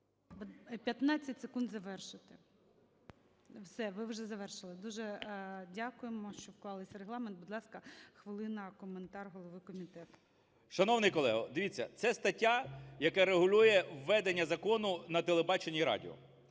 15 секунд завершити. Все, ви вже завершили? Дуже дякуємо, що вклалися в регламент. Будь ласка, хвилина, коментар голови комітету. 11:45:26 КНЯЖИЦЬКИЙ М.Л. Шановний колеги, дивіться, це стаття, яка регулює введення закону на телебаченні і радіо.